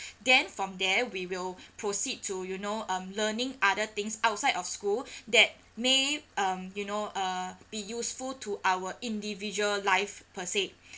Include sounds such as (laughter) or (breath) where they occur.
(breath) then from there we will (breath) proceed to you know um learning other things outside of school (breath) that may um you know uh be useful to our individual life per se (breath)